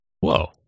Whoa